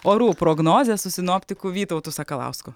orų prognozes su sinoptiku vytautu sakalausku